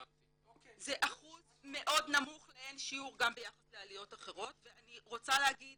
זה אחוז מאוד נמוך לאין שיעור גם ביחס לעליות אחרות ואני רוצה להגיד